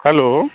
hello